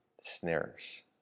snares